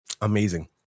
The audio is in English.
Amazing